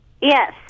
Yes